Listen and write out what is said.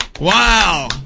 Wow